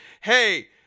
hey